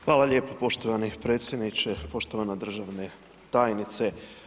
Hvala lijepo poštovani predsjedniče, poštovana državna tajnice.